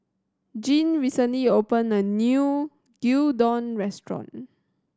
Gene recently opened a new Gyudon Restaurant